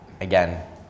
again